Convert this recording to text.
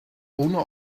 owner